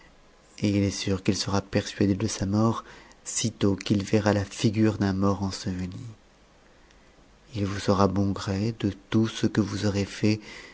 et il est sûr qu'it sera persuadé de sa mort sitôt qu'il verra la figure d'un mort enseveli ï vous saura bon gré de tout ce que vous aurez fait